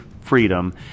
freedom